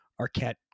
Arquette